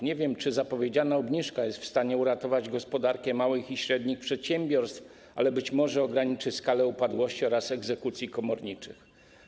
Nie wiem, czy zapowiedziana obniżka jest wstanie uratować gospodarkę małych i średnich przedsiębiorstw, ale być może ograniczy skalę upadłości oraz egzekucji komorniczych.